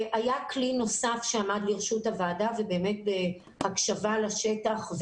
היה כלי נוסף שעמד לרשות הוועדה ובאמת להקשבה לשטח,